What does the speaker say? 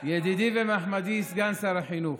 ידידי ומחמדי סגן שר החינוך,